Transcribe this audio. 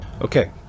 okay